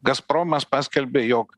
gazpromas paskelbė jog